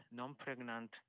non-pregnant